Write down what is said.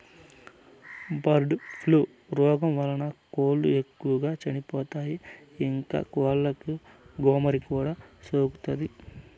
bird flu రోగం వలన కోళ్ళు ఎక్కువగా చచ్చిపోతాయి, ఇంకా కోళ్ళకు గోమారి కూడా సోకుతాది